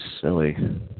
silly